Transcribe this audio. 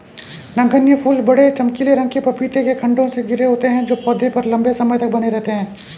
नगण्य फूल बड़े, चमकीले रंग के पपीते के खण्डों से घिरे होते हैं जो पौधे पर लंबे समय तक बने रहते हैं